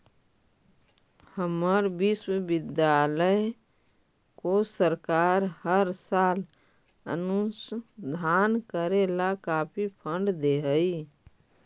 हमर विश्वविद्यालय को सरकार हर साल अनुसंधान करे ला काफी फंड दे हई